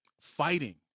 Fighting